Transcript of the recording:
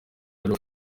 ariwe